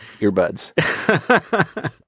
earbuds